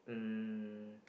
um